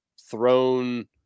thrown